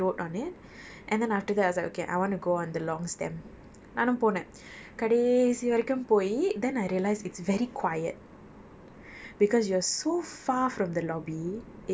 அந்த:antha petal லே:le I think ஒரு இரண்டு:oru irandu ore or two petals I rode on it and then after that I was like okay I wanna go on the long stem நானும் போனேன் கடைசி வரைக்கும் போய்:naanum ponen kadaisi varaikkum poi then I realised it's very quiet